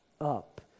up